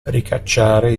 ricacciare